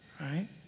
right